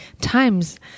times